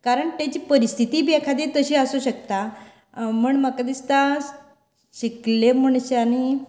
कारण ताची परिस्थिती बी एकादी तशी आसूंक शकता म्हण म्हाका दिसता शिकिल्ले मनशांनी